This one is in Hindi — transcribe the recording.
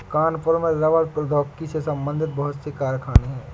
कानपुर में रबड़ प्रौद्योगिकी से संबंधित बहुत से कारखाने है